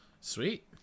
sweet